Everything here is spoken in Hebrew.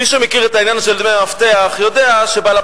מי שמכיר את העניין של דמי מפתח יודע שבעל-הבית